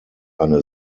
eine